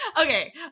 okay